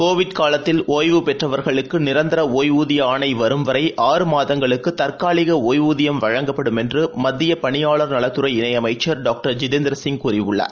Covid காலத்தில் ஒய்வு பெற்றவர்களுக்கு நிரந்தர ஒய்வூதிய ஆணை வரும் வரை ஆறு மாதங்களுக்கு தற்காலிக ஒய்வூதியம் வழங்கப்படும் என்று மத்திய பணியாளர் நலத் துறை இணையமைச்சர் டாக்டர் ஜிதேந்திர சிங் கூறியுள்ளார்